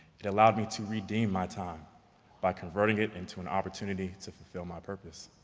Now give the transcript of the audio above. it allowed me to redeem my time by converting it into an opportunity to fulfill my purpose.